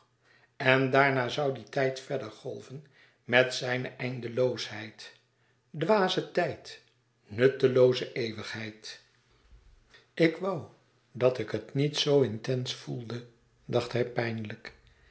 en daarna zoû die tijd verder golven met zijne eindeloosheid dwaze tijd nuttelooze eeuwigheid ik woû dat ik het niet zo intens voelde dacht hij pijnlijk